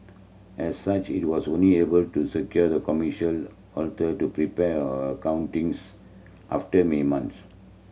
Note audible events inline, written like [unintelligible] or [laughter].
as such it was only able to secure the commercial alter to prepare our accounting [unintelligible] after me months